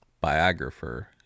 biographer